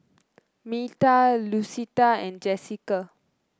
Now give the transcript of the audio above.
Meta Lucetta and Jessika